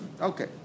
Okay